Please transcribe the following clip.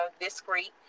discreet